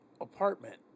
apartment